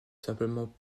simplement